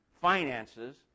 finances